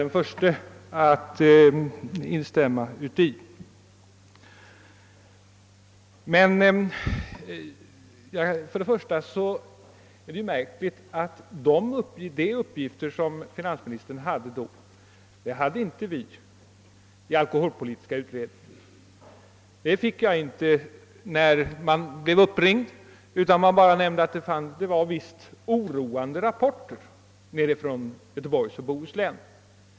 Det märkliga är emellertid att vi i alkoholpolitiska utredningen vid det aktuella tillfället inte hade de uppgifter som finansministern nu lämnade. Jag fick inte några sådana uppgifter när jag blev uppringd, utan man nämnde bara att man fått vissa oroande rapporter från Göteborgs och Bohus län.